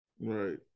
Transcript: Right